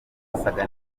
zasaga